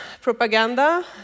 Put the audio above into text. propaganda